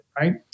right